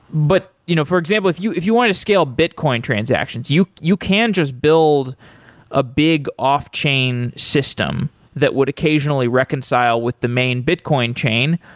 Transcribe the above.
but, you know for example, if you if you wanted to scale bitcoin transactions, you you can just build a big off chain system that would occasionally reconcile with the main bitcoin chain.